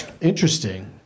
Interesting